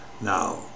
Now